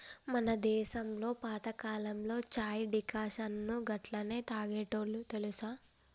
మన దేసంలో పాతకాలంలో చాయ్ డికాషన్ను గట్లనే తాగేటోల్లు తెలుసా